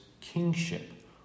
kingship